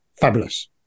Fabulous